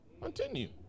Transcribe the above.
Continue